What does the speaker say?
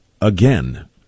again